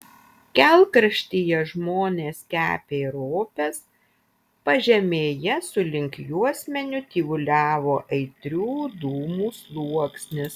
kelkraštyje žmonės kepė ropes pažemėje sulig juosmeniu tyvuliavo aitrių dūmų sluoksnis